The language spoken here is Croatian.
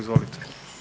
Izvolite.